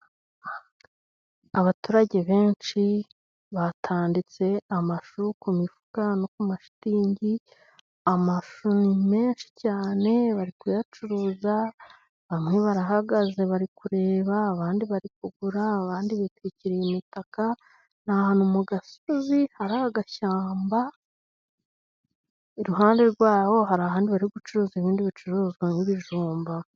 Abaturage benshi batanditse amashu ku mifuka no ku mashitingi, amashu menshi cyane bari kuyacuruza bamwe barahagaze bari kureba, abandi bari kugura abandi bitwikiriye imitakaka. Ni ahantu mu gasozi hari agashyamba, iruhande rwabo hari ahandi bari gucuruza ibindi bicuruzwa nk'ibijumba.